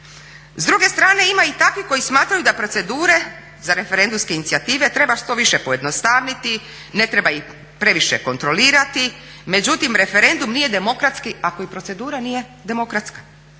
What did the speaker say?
S druge strane ima i takvih koji smatraju da procedure za referendumske inicijative treba što više pojednostavniti, ne treba ih previše kontrolirati međutim referendum nije demokratski ako i procedura nije demokratska.